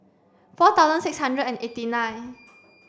four thousand six hundred and eighty nine